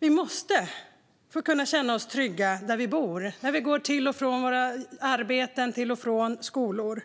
Vi måste få känna oss trygga där vi bor, när vi går till och från våra arbeten och till och från våra skolor.